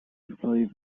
supplies